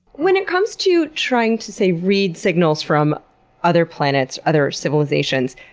when it comes to trying to, say, read signals from other planets, other civilizations,